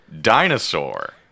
Dinosaur